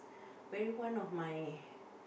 very one of my